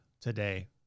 today